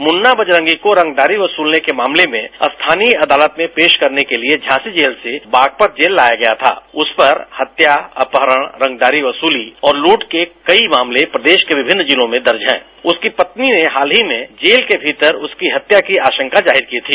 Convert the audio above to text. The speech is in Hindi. मुन्ना बजरंगी को रंगदारी वसूलने के मामले में स्थानीय अदालत में पेश करने के लिए झांसो जेल से बागपत जेल लाया गया था उस पर हत्या अपहरण रंगदारी वसूली और लूट के कई मामले प्रदेश के विभिन्न जिलों में दर्ज है उसकी पत्नी ने हाल ही में जेल के भीतर उसकी हत्या की आशंका जाहिर की थी